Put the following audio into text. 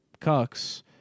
cucks